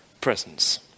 presence